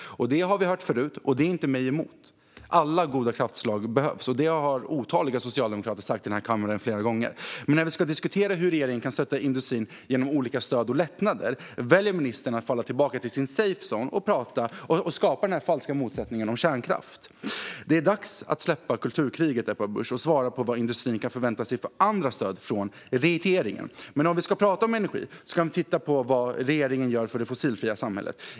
Det har vi hört förut - inte mig emot. Alla goda kraftslag behövs, och det har otaliga socialdemokrater sagt i denna kammare flera gånger. Men när vi ska diskutera hur regeringen kan stötta industrin genom olika stöd och lättnader väljer ministern att falla tillbaka till sin safe zone och skapa denna falska motsättning om kärnkraft. Det är dags att släppa kulturkriget, Ebba Busch, och svara på vad industrin kan förvänta sig för andra stöd från regeringen. Men om vi ska prata om energi kan vi titta på vad regeringen gör för det fossilfria samhället.